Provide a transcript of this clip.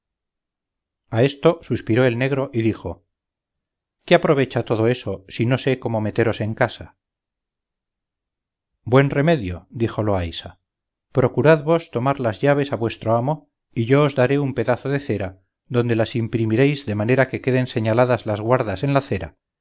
a esto suspiró el negro y dijo qué aprovecha todo eso si no sé cómo meteros en casa buen remedio dijo loaysa procurad vos tomar las llaves a vuestro amo y yo os daré un pedazo de cera donde las imprimiréis de manera que queden señaladas las guardas en la cera